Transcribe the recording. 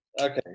Okay